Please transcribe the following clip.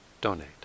donate